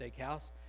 Steakhouse